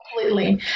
completely